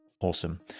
Awesome